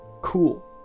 cool